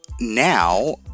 now